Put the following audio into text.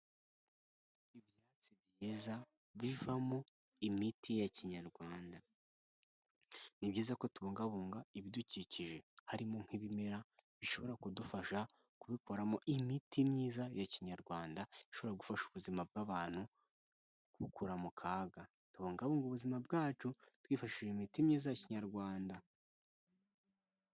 Ibyatsi byiza bivamo imiti ya Kinyarwanda, ni byiza ko tubungabunga ibidukikije harimo nk'ibimera bishobora kudufasha gukuramo imiti myiza ya Kinyarwanda, ishobora gufasha ubuzima bw'abantu, ibukura mu kaga, tubungabunge ubuzima bwacu twifashishije imiti myiza ya Kinyarwanda.